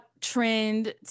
trend